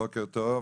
בוקר טוב,